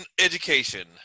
education